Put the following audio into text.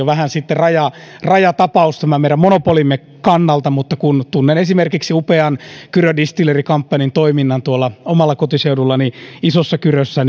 vähän jo rajatapauksia meidän monopolimme kannalta mutta kun tunnen esimerkiksi upean kyrö distillery companyn toiminnan omalla kotiseudullani isossakyrössä